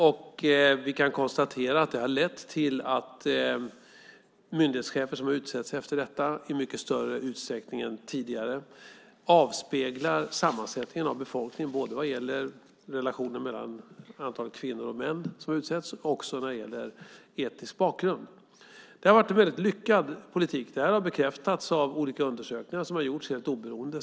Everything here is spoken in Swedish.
Och vi kan konstatera att det har lett till att myndighetschefer som har utsetts efter detta i mycket större utsträckning än tidigare avspeglar sammansättningen av befolkningen. Det gäller antalet kvinnor och män som har utsetts och också etnisk bakgrund. Det har varit en väldigt lyckad politik. Det här har bekräftats av olika, helt oberoende, undersökningar som har gjorts.